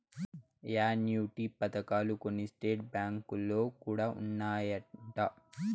annuity పథకాలు కొన్ని state బ్యాంకులో కూడా ఉన్నాయంట